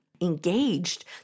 engaged